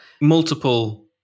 Multiple